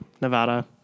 Nevada